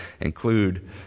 include